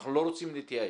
אנחנו לא רוצים להתייאש.